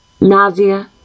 nausea